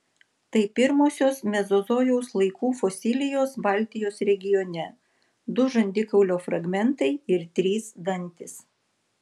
tai pirmosios mezozojaus laikų fosilijos baltijos regione du žandikaulio fragmentai ir trys dantys